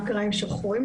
מה קרה עם שחורים,